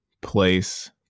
place